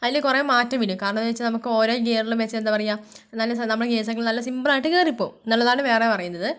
അതിൽ കുറെ മാറ്റംവരും കാരണംന്ന് വെച്ചാൽ നമുക്ക് ഓരോ ഗിയറിലും വെച്ച് എന്താ പറയാ നമ്മുടെ ഗിയർ സൈക്കിൾ നല്ല സിംമ്പിൾ ആയിട്ട് കയറിപ്പോകും എന്നുള്ളതാണ് വേറെ പറയുന്നത്